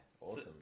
awesome